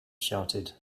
shouted